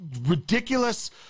ridiculous